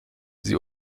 sie